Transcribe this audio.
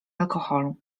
alkoholu